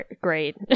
great